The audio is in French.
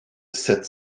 sept